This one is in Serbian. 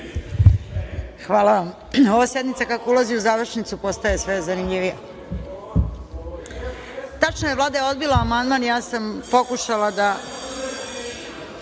Hvala vam. Ova sednica kako ulazi u završnicu postaje sve zanimljivija. Tačno je, Vlada je odbila amandman, pokušala sam